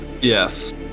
Yes